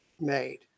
made